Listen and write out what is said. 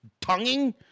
tonguing